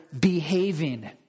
behaving